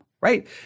right